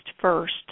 first